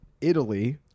Italy